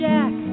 Jack